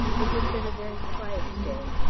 this has been a very quiet day,